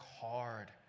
hard